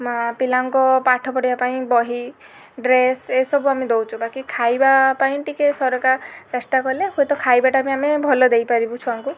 ମାଁ ପିଲାଙ୍କ ପାଠ ପଢ଼ିଆ ପାଇଁ ବହି ଡ୍ରେସ ଏ ସବୁ ଆମେ ଦଉଛୁ ବାକି ଖାଇବା ପାଇଁ ଟିକେ ସରକାର ଚେଷ୍ଟା କଲେ ହୁଏତ ଖାଇବାଟା ବି ଆମେ ଭଲ ଦେଇପାରିବୁ ଛୁଆଙ୍କୁ